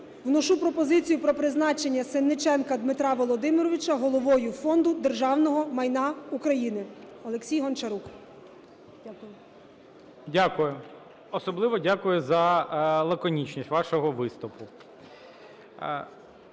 вношу пропозицію про призначення Сенниченка Дмитра Володимировича Головою Фонду державного майна України. Олексій Гончарук. Дякую. 16:16:25 ГОЛОВУЮЧИЙ. Дякую. Особливо дякую за лаконічність вашого виступу.